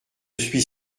suis